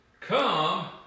come